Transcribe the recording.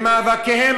במאבקיהם,